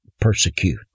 persecute